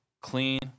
clean